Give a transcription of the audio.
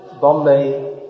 Bombay